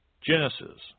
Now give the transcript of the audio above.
Genesis